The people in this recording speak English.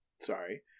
Sorry